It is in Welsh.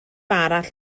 arall